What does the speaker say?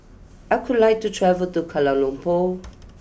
I could like to travel to Kuala Lumpur